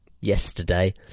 yesterday